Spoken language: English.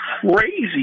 crazy